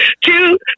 two